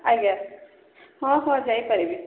ଆଜ୍ଞା ହଁ ହଁ ଯାଇପାରିବି